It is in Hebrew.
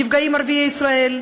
נפגעים ערביי ישראל,